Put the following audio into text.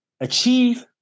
Achieve